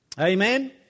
Amen